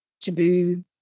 taboo